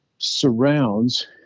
surrounds